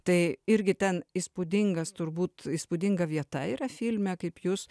tai irgi ten įspūdingas turbūt įspūdinga vieta yra filme kaip jūs